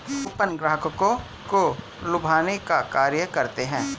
coupon ग्राहकों को लुभाने का कार्य करते हैं